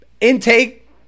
intake